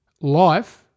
Life